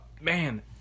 Man